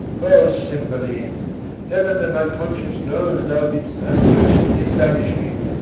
o cymbeline, heaven and my conscience knows thou didst unjustly banish me!